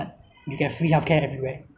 a high number of aging population